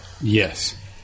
Yes